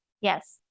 Yes